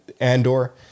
Andor